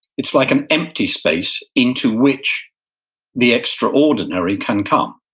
it's like an empty space, into which the extraordinary can come.